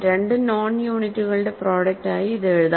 രണ്ട് നോൺ യൂണിറ്റുകളുടെ പ്രോഡക്ട് ആയി ഇത് എഴുതാം